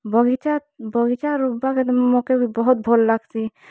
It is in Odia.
ବଗିଚା ବଗିଚା ଋପ୍ବାର୍ କେ ତ ମକେ ବି ବହୁତ୍ ଭଲ୍ ଲାଗ୍ସି